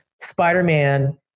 Spider-Man